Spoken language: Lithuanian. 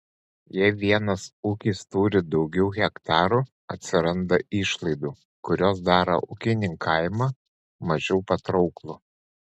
jei vienas ūkis turi daugiau hektarų atsiranda išlaidų kurios daro ūkininkavimą mažiau patrauklų